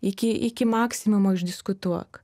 iki iki maksimumo išdiskutuok